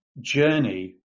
journey